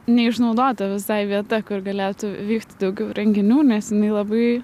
neišnaudota visai vieta kur galėtų vykt daugiau renginių nes jinai labai